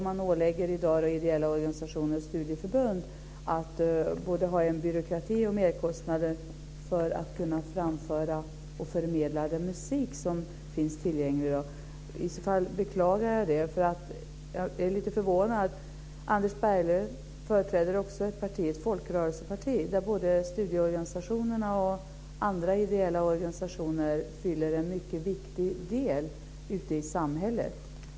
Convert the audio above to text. Man ålägger i dag ideella organisationer och studieförbund både byråkrati och merkostnader för att framföra och förmedla musik. I så fall beklagar jag det. Jag är förvånad. Anders Berglöv företräder också ett folkrörelseparti. Studieorganisationer och andra ideella organisationer fyller en mycket viktig funktion ute i samhället.